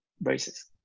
braces